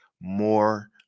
more